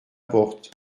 porte